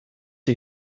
die